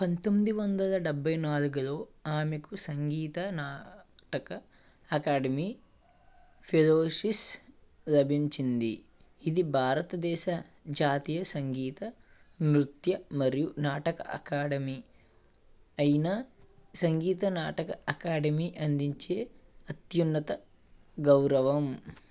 పంతొమ్మిది వందల డెబ్భై నాలుగులో ఆమెకు సంగీత నాటక అకాడమీ ఫెలోషిప్ లభించింది ఇది భారతదేశ జాతీయ సంగీత నృత్య మరియు నాటక అకాడమీ అయిన సంగీత నాటక అకాడమీ అందించే అత్యున్నత గౌరవం